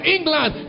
England